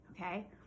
okay